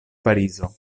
parizo